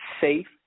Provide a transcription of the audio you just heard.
safe